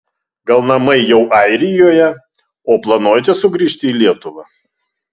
gal namai jau airijoje o planuojate sugrįžti į lietuvą